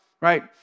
right